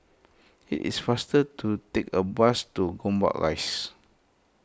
it is faster to take a bus to Gombak Rise